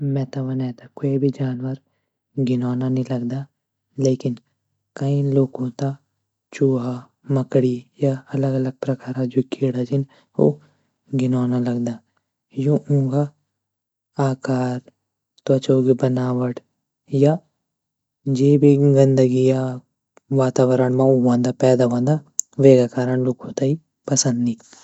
मैं ते कोई भी जानवर घिनोना नी लगदा. लेकिन कई लोगों ते चुहा, मकड़ी या अलग प्रकार का कीड़ा छन वो घिनोना लगदा. यु युंका आकर, त्वचा की बनवत या ज भी गंदगी मा या वातावरण मे होंद व का कारन लोकु तै पसंद न.और पक्षियों से।